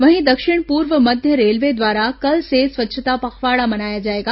वहीं दक्षिण पूर्व मध्य रेलवे द्वारा कल से स्वच्छता पखवाड़ा मनाया जाएगा